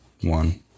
one